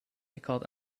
eckhart